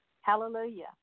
Hallelujah